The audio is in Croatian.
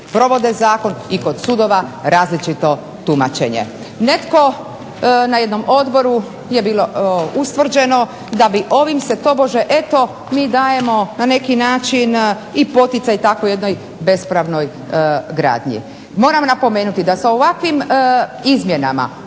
provode zakon i kod sudova različito tumačenje. Netko na jednom odboru di je bilo ustvrđeno da bi ovim se tobože eto mi dajemo na neki način i poticaj tako jednoj bespravnoj gradnji. Moram napomenuti da sa ovakvim izmjenama